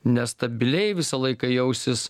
nestabiliai visą laiką jausis